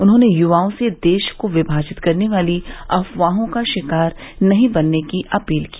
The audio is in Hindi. उन्होंने युवाओं से देश को विभाजित करने वाली अफवाहों का शिकार नहीं बनने की अपील की